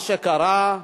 מה שקרה,